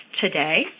today